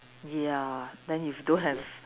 ya then you don't have